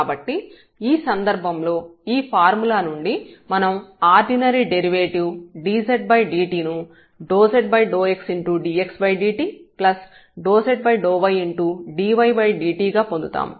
కాబట్టి ఈ సందర్భంలో ఈ ఫార్ములా నుండి మనం ఆర్డినరీ డెరివేటివ్ dzdt ను ∂z∂xdxdt∂z∂ydydt గా పొందుతాము